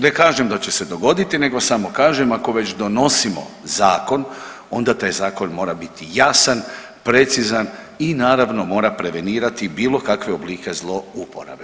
Ne kažem da će se dogoditi, nego samo kažem ako već donosimo zakon, onda taj zakon mora biti jasan, precizan i naravno mora prevenirati bilo kakve oblike zlouporabe.